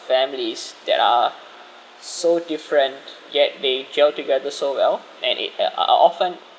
families that are so different yet they gel together so well and it eh uh often